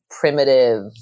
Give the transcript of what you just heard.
primitive